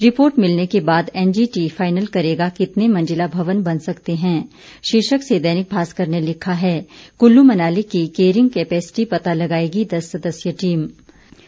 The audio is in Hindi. रिपोर्ट मिलने के बाद एनजीटी फाइनल करेगा कितने मंजिला भवन बन सकते हैं शीर्षक से दैनिक भास्कर ने लिखा है कुल्लू मनाली की कैरिंग केपेसिटी पता लगाएगी दस सदस्यीय कमेटी